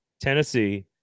Tennessee